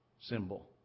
symbol